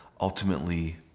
ultimately